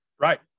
Right